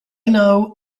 know